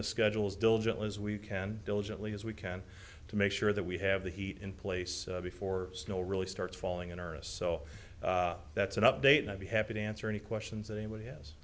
the schedules diligently as we can diligently as we can to make sure that we have the heat in place before snow really starts falling in earnest so that's an update i'd be happy to answer any questions anybody